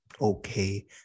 okay